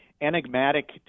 enigmatic